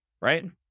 right